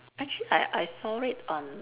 actually I I saw it on